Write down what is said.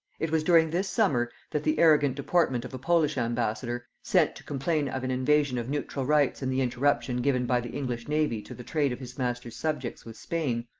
it was during this summer that the arrogant deportment of a polish ambassador, sent to complain of an invasion of neutral rights in the interruption given by the english navy to the trade of his master's subjects with spain,